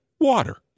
water